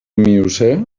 miocè